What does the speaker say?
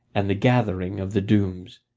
and the gathering of the dooms.